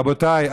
רבותיי,